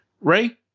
Ray